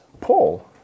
Paul